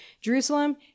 Jerusalem